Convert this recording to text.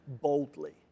boldly